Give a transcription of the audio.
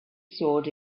sword